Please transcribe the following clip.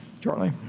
Charlie